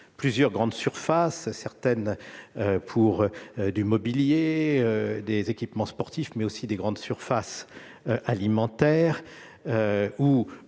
plusieurs grandes surfaces, dont certaines vendent du mobilier ou des équipements sportifs, mais aussi de grandes surfaces alimentaires